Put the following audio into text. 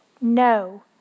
No